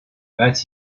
but